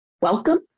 welcome